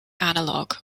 analog